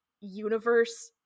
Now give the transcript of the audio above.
universe